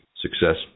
Success